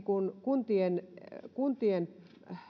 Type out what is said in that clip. kuntien kuntien